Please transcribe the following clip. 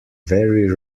very